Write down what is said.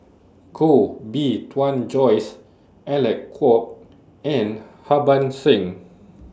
Koh Bee Tuan Joyce Alec Kuok and Harbans Singh